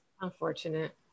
Unfortunate